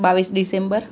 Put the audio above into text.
બાવીસ ડિસેમ્બર